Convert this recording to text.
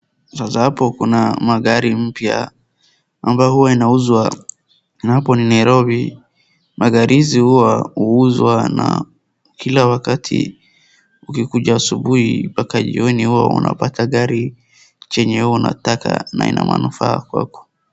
Sasa hapo kuna magari mpya ambayo huwa inauzwa na hapo ni Nairobi. Magari hizi huuzwa na kila wakati ukikuja asubuhi mpaka jioni huwa unapata gari chenye unataka na ina manufaa kwako.